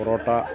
parotta